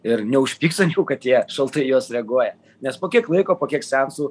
ir neužpyks ant jų kad jie šaltai į juos reaguoja nes po kiek laiko po kiek seansų